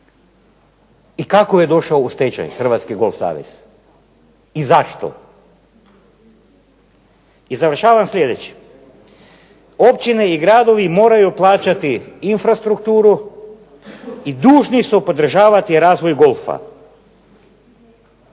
I kako je došao u stečaj Hrvatski golf savez i zašto? I završavam sljedećim. Općine i gradovi moraju plaćati infrastrukturu i dužni su podržavati razvoj golfa.